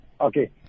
Okay